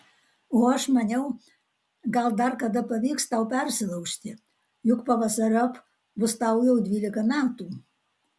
o aš maniau gal dar kada pavyks tau persilaužti juk pavasariop bus tau jau dvylika metų